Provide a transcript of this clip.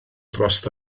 dros